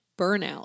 burnout